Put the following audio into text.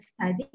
study